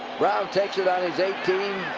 brown takes it on his eighteen